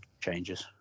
changes